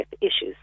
issues